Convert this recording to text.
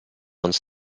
uns